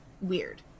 weird